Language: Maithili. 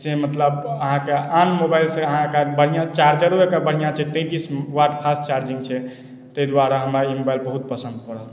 से मतलब अहाँके आन मोबाइलसँ अहाँके बढ़िआँ चार्जरो ओकर बढ़िआँ छै तैंतीस वाट फास्ट चार्जिंग छै ताहि दुआरे हमरा ई मोबाइल बहुत पसन्द पड़ल